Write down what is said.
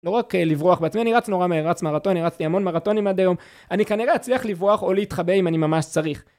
לא רק לברוח בעצמי, אני רץ נורא מהר, רץ מרתוני, רצתי המון מרתונים עד היום. אני כנראה אצליח לברוח או להתחבא אם אני ממש צריך.